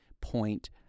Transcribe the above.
point